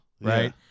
right